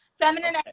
feminine